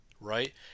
right